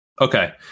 Okay